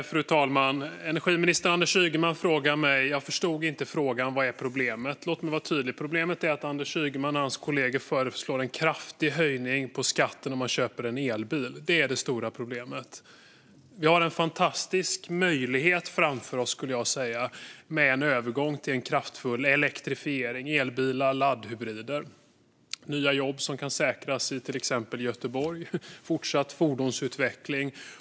Fru talman! Energiminister Anders Ygeman förstod inte min fråga och sa: Vad är problemet? Låt mig vara tydlig. Problemet är att Anders Ygeman och hans kollegor föreslår en kraftig höjning på skatten för den som köper en elbil. Det är det stora problemet. Vi har en fantastisk möjlighet framför oss med en övergång till en kraftfull elektrifiering med elbilar och laddhybrider. Nya jobb kan säkras, till exempel i Göteborg, med fortsatt fordonsutveckling.